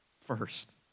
first